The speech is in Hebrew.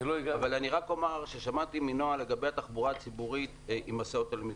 אני רק אומר ששמעתי מנועה לגבי התחבורה הציבורית עם הסעות תלמידים.